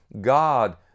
God